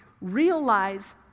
Realize